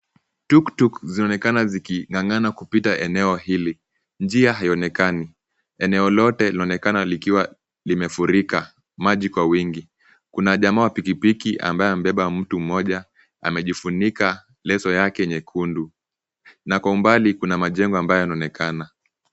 Tuktuk zinaonekana ziking'ang'ana kupita eneo hili. Njia haionekani. Eneo lote laonekana likiwa limefurika maji kwa wingi. Kuna jamaa wa pikipiki ambaye amebeba mtu mmoja amejifunika leso yake nyekundu na kwa umbali kuna majengo ambayo yanaonekana.